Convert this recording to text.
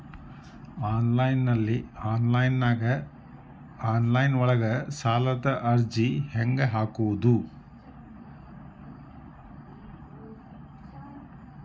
Online ಒಳಗ ಸಾಲದ ಅರ್ಜಿ ಹೆಂಗ್ ಹಾಕುವುದು?